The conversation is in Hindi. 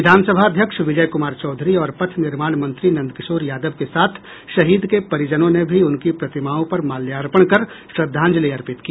विधानसभा अध्यक्ष विजय कुमार चौधरी और पथ निर्माण मंत्री नंद किशोर यादव के साथ शहीद के परिजनों ने भी उनकी प्रतिमाओं पर माल्यार्पण कर श्रद्धांजलि अर्पित की